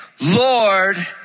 Lord